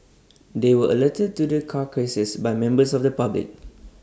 they were alerted to the carcasses by members of the public